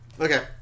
okay